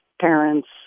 parents